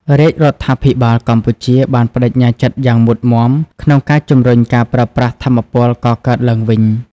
រាជរដ្ឋាភិបាលកម្ពុជាបានប្តេជ្ញាចិត្តយ៉ាងមុតមាំក្នុងការជំរុញការប្រើប្រាស់ថាមពលកកើតឡើងវិញ។